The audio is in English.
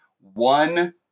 one